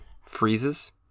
freezes